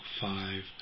Five